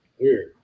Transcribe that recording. weird